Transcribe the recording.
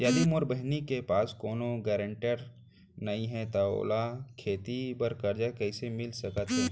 यदि मोर बहिनी के पास कोनो गरेंटेटर नई हे त ओला खेती बर कर्जा कईसे मिल सकत हे?